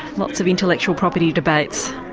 lots of intellectual property debates.